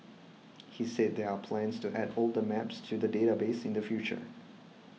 he said there are plans to add older maps to the database in the future